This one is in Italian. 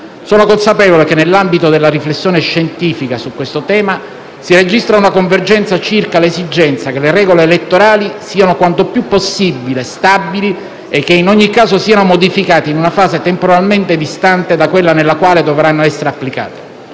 Sono consapevole che, nell'ambito della riflessione scientifica su questo tema, si registra una convergenza circa l'esigenza che le regole elettorali siano quanto più possibile stabili e che, in ogni caso, siano modificate in una fase temporalmente distante da quella nella quale dovranno essere applicate.